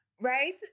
right